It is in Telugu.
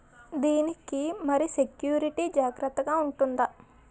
దీని కి మరి సెక్యూరిటీ జాగ్రత్తగా ఉంటుందా?